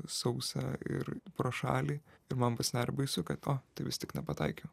sausą ir pro šalį ir man pasidarė baisu kad o tai vis tik nepataikiau